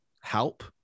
help